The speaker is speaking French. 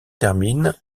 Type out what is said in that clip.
termine